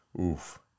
oof